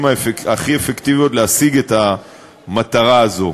הכי אפקטיביות להשיג את המטרה הזו.